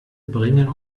bringen